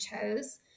chose